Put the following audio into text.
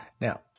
now